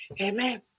amen